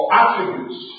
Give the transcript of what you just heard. attributes